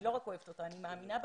אני לא רק אוהבת אותה, אני מאמינה בה.